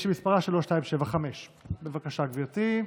שמספרה 3275. בבקשה, גברתי.